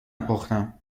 پختم